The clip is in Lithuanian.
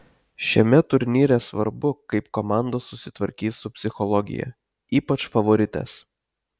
šiame turnyre svarbu kaip komandos susitvarkys su psichologija ypač favoritės